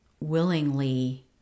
willingly